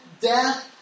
death